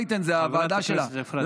גב' רייטן, זאת הוועדה שלה.